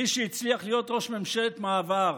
מי שהצליח להיות ראש ממשלת מעבר